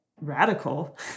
radical